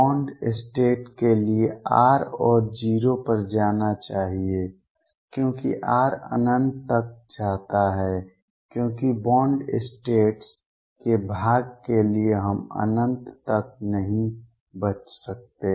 bond state के लिए R को 0 पर जाना चाहिए क्योंकि r अनंत तक जाता है क्योंकि बॉन्ड स्टेट्स के भाग के लिए हम अनंत तक नहीं बच सकते